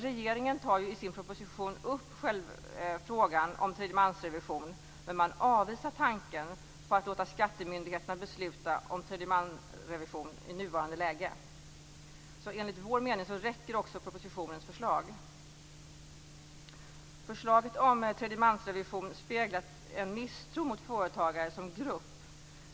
Regeringen tar i propositionen upp frågan om tredjemansrevision, men man avvisar tanken på att tillåta skattemyndigheten besluta om tredjemansrevision i nuvarande läge. Enligt vår mening räcker propositionens förslag. Förslaget om tredjemansrevision speglar en misstro mot företagare som grupp.